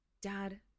dad